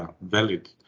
valid